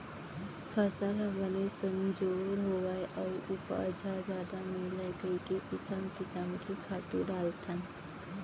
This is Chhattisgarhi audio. फसल ह बने संजोर होवय अउ उपज ह जादा मिलय कइके किसम किसम के खातू डारथन